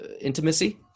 intimacy